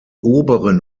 oberen